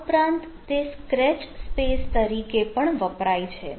આ ઉપરાંત તે સ્ક્રેચ સ્પેસ તરીકે પણ વપરાય છે